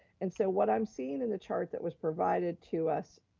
and so what i'm seeing in the chart that was provided to us,